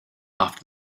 after